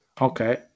Okay